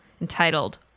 entitled